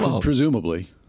presumably